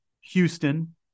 Houston